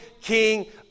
king